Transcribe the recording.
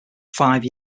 five